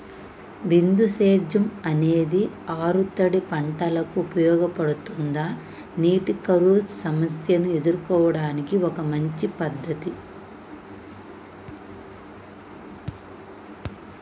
బిందు సేద్యం అనేది ఆరుతడి పంటలకు ఉపయోగపడుతుందా నీటి కరువు సమస్యను ఎదుర్కోవడానికి ఒక మంచి పద్ధతి?